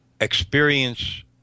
experience